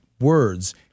words—